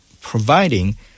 providing